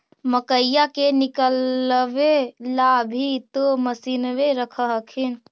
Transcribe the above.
मकईया के निकलबे ला भी तो मसिनबे रख हखिन?